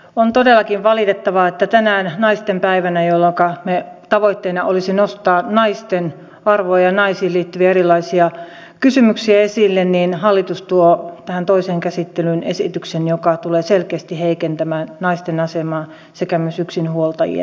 on todellakin valitettavaa että tänään naistenpäivänä jolloinka tavoitteena olisi nostaa naisten arvoa ja naisiin liittyviä erilaisia kysymyksiä esille hallitus tuo tähän toiseen käsittelyyn esityksen joka tulee selkeästi heikentämään naisten asemaa sekä yksinhuoltajien asemaa